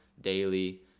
daily